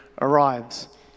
arrives